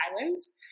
Islands